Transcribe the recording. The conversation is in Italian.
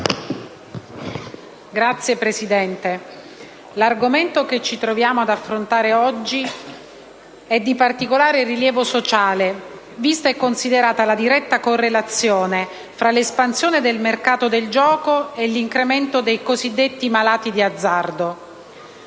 Signor Presidente, l'argomento che ci troviamo ad affrontare oggi è di particolare rilievo sociale, vista e considerata la diretta correlazione tra l'espansione del mercato del gioco e l'incremento dei cosiddetti malati di azzardo.